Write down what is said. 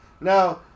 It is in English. Now